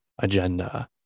agenda